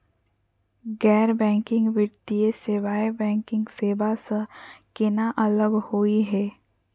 गैर बैंकिंग वित्तीय सेवाएं, बैंकिंग सेवा स केना अलग होई हे?